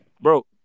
bro